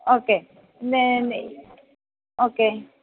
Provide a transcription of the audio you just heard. okay okay